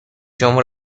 جمهور